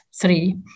three